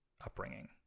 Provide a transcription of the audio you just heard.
upbringing